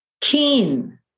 keen